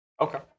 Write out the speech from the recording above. Okay